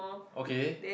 okay